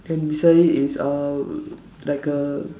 then beside it is uh like uh